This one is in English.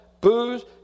booze